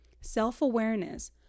self-awareness